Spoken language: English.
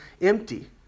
empty